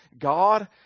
God